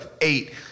eight